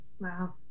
Wow